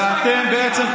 ואתם בעצם,